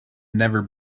never